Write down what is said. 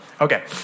okay